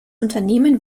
unternehmen